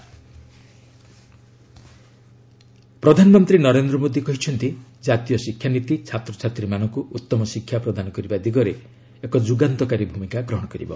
PM education policy ପ୍ରଧାନମନ୍ତ୍ରୀ ନରେନ୍ଦ୍ର ମୋଦୀ କହିଛନ୍ତି କାତୀୟ ଶିକ୍ଷାନୀତି ଛାତ୍ରଛାତ୍ରୀମାନଙ୍କୁ ଉତ୍ତମ ଶିକ୍ଷା ପ୍ରଦାନ କରିବା ଦିଗରେ ଏକ ଯୁଗାନ୍ତକାରୀ ଭୂମିକା ଗ୍ରହଣ କରିବ